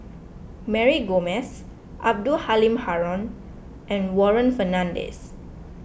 Mary Gomes Abdul Halim Haron and Warren Fernandez